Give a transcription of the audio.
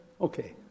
Okay